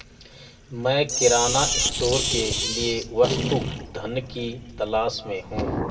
मैं किराना स्टोर के लिए वस्तु धन की तलाश में हूं